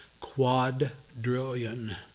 quadrillion